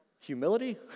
Humility